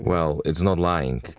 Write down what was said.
well, it's not lying,